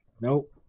Nope